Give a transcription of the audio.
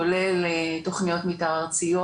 כולל תכניות מתאר ארציות.